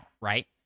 right